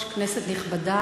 גברתי היושבת-ראש, כנסת נכבדה,